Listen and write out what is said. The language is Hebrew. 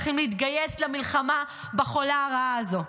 צריכים להתגייס למלחמה ברעה החולה הזו.